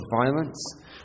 violence